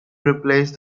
replace